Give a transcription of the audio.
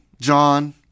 John